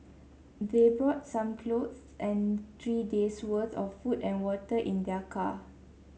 they brought some clothes and three days' worth of food and water in their car